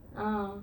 ah